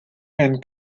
and